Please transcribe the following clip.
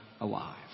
alive